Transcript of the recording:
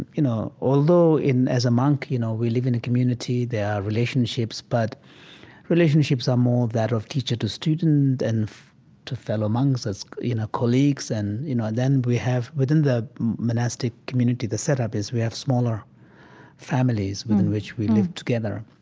you know, although as a monk, you know, we live in a community, there are relationships. but relationships are more that of teacher teacher to student and to fellow monks as you know colleagues. and you know then we have within the monastic community, the setup is we have smaller families within which we live together.